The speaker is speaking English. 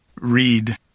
read